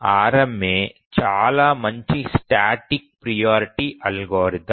RMA చాలా మంచి static priority algorithm